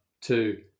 two